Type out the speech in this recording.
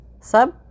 Sub